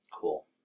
Cool